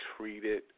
treated